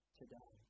today